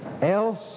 else